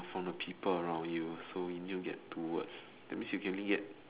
from the people around you so you need to get towards that means you can only get